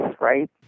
right